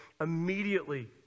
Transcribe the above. immediately